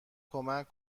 کمک